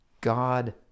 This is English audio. God